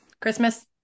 Christmas